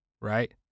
Right